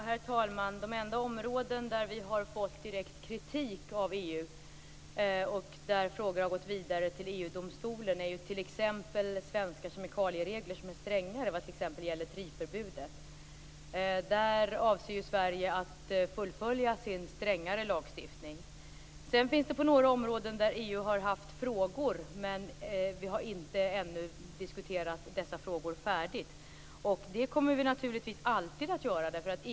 Herr talman! De enda områden där vi har fått direkt kritik av EU och där frågan har gått vidare till EG-domstolen gäller t.ex. de svenska kemikaliereglerna som är strängare i fråga om t.ex. drivförbudet. Där avser Sverige att fullfölja sin strängare lagstiftning. Sedan har EU haft frågor på några områden. Men vi har ännu inte diskuterat dessa färdigt. Vi kommer naturligtvis alltid att föra diskussioner.